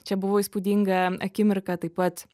čia buvo įspūdinga akimirka taip pat